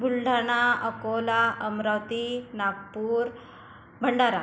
Buldhana Akola Amravati Nagpur Bhandara